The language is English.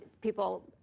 people